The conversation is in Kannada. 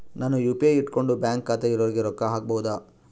ನಾನು ಯು.ಪಿ.ಐ ಇಟ್ಕೊಂಡು ಬ್ಯಾಂಕ್ ಖಾತೆ ಇರೊರಿಗೆ ರೊಕ್ಕ ಹಾಕಬಹುದಾ?